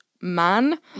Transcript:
man